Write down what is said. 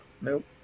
Nope